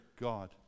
God